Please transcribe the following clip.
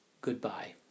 goodbye